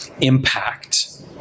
impact